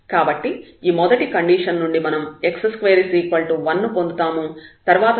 కాబట్టి ఈ మొదటి కండీషన్ నుండి మనం x2 1 ను పొందుతాము తర్వాత దాని నుండి x ±1 ని పొందుతాము